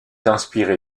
inspiré